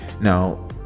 Now